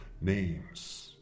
Names